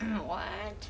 what